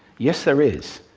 yes, there is.